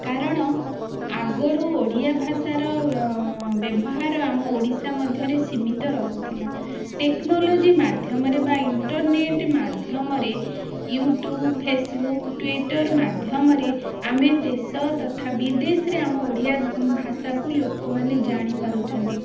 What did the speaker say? କାରଣ ଆଗରୁ ଓଡ଼ିଆ ଭାଷାର ବ୍ୟବହାର ଆମ ଓଡ଼ିଶା ମଧ୍ୟରେ ସୀମିତ ରହୁଥିଲା ଟେକ୍ନୋଲୋଜି ମାଧ୍ୟମରେ ବା ଇଣ୍ଟରନେଟ ମାଧ୍ୟମରେ ୟୁଟ୍ୟୁବ ଫେସବୁକ ଟୁଇଟର ମାଧ୍ୟମରେ ଆମେ ଦେଶ ତଥା ବିଦେଶରେ ଆମ ଓଡ଼ିଆ ଭାଷା କୁ ଲୋକମାନେ ଜାଣି ପାରୁଛନ୍ତି